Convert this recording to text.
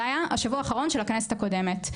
זה היה השבוע האחרון של הכנסת הקודמת.